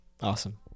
Awesome